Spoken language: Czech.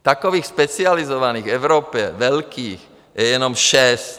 Takových specializovaných v Evropě, velkých, je jenom šest.